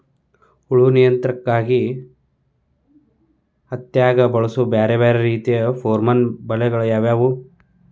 ಹುಳು ನಿಯಂತ್ರಣಕ್ಕಾಗಿ ಹತ್ತ್ಯಾಗ್ ಬಳಸುವ ಬ್ಯಾರೆ ಬ್ಯಾರೆ ರೇತಿಯ ಪೋರ್ಮನ್ ಬಲೆಗಳು ಯಾವ್ಯಾವ್?